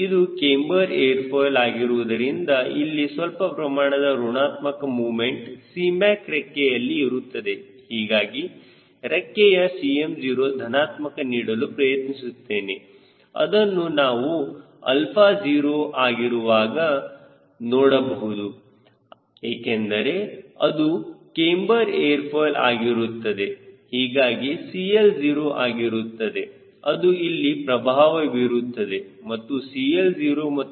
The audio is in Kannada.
ಇದು ಕ್ಯಾಮ್ಬರ್ ಏರ್ ಫಾಯ್ಲ್ ಆಗಿರುವುದರಿಂದ ಇಲ್ಲಿ ಸ್ವಲ್ಪ ಪ್ರಮಾಣದ ಋಣಾತ್ಮಕ ಮೊಮೆಂಟ್ Cmac ರೆಕ್ಕೆಯಲ್ಲಿ ಇರುತ್ತದೆ ಹೀಗಾಗಿ ರೆಕ್ಕೆಯ Cm0 ಧನಾತ್ಮಕ ನೀಡಲು ಪ್ರಯತ್ನಿಸುತ್ತೇನೆ ಅದನ್ನು ನಾವು ಆಲ್ಫಾ 0 ಹಾಗಿರುವಾಗ ನೋಡಬಹುದು ಏಕೆಂದರೆ ಅದು ಕ್ಯಾಮ್ಬರ್ ಏರ್ ಫಾಯ್ಲ್ ಆಗಿರುತ್ತದೆ ಹೀಗಾಗಿ CL0 ಆಗಿರುತ್ತದೆ ಅದು ಇಲ್ಲಿ ಪ್ರಭಾವ ಬೀರುತ್ತದೆ ಮತ್ತು CL0 ಮತ್ತು ರೆಕ್ಕೆಯ C